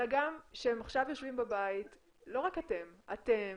אלא גם כשהם עכשיו יושבים בבית, לא רק אתם, אתם